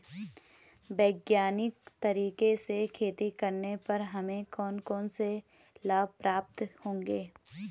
वैज्ञानिक तरीके से खेती करने पर हमें कौन कौन से लाभ प्राप्त होंगे?